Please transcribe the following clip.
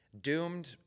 doomed